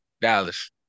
Dallas